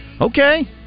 okay